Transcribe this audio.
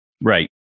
right